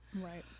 Right